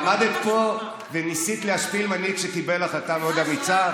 עמדת פה וניסית להשפיל מנהיג שקיבל החלטה מאוד אמיצה.